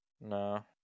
No